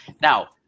Now